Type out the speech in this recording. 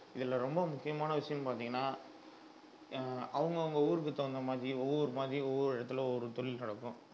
இதில் ரொம்ப முக்கியமான விஷயம்னு பார்த்தீங்கன்னா அவங்கவுங்க ஊருக்கு தகுந்த மாதிரி ஒவ்வொரு மாதிரி ஒவ்வொரு இடத்துல ஒவ்வொரு தொழில் நடக்கும்